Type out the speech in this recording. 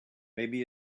maybe